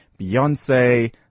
Beyonce